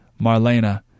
Marlena